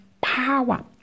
power